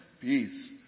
Peace